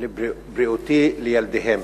לבריאות ילדיהם.